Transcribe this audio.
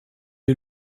est